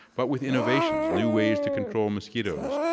but with innovations new ways to control mosquitoes,